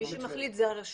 מי שמחליט, זאת הרשות.